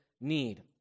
need